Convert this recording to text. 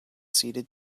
ceded